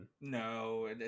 No